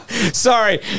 Sorry